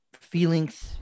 feelings